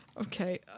okay